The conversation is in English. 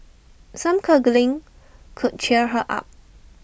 some cuddling could cheer her up